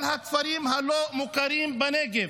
כל הכפרים הלא-מוכרים בנגב,